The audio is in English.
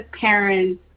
parents